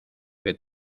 que